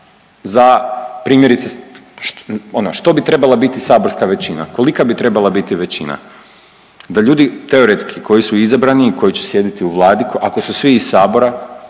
za primjerice ono što bi trebala biti saborska većina, kolika bi trebala biti većina, da ljudi teoretski koji su izabrani i koji će sjediti u Vladi ako su svi iz sabora